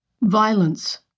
Violence